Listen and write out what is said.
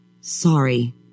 Sorry